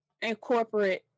incorporate